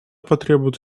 потребует